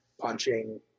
punching